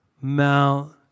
Mount